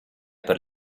per